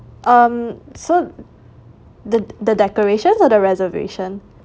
um so the the decorations or the reservation